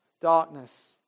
darkness